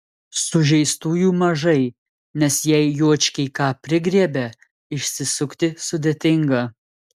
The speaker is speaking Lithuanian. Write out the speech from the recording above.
sužeistųjų mažai nes jei juočkiai ką prigriebia išsisukti sudėtinga